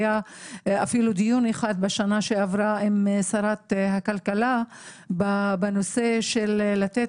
אפילו היה דיון אחד בשנה שעברה עם שרת הכלכלה בנושא של לתת